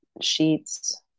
sheets